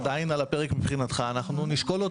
זה גם לא עלה במסגרת התביעה שלכם וגם לא בהליך הגישור.